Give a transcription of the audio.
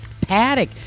Paddock